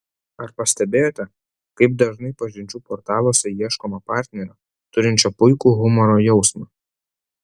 ar pastebėjote kaip dažnai pažinčių portaluose ieškoma partnerio turinčio puikų humoro jausmą